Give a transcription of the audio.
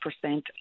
percent